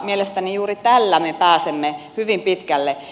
mielestäni juuri tällä me pääsemme hyvin pitkälle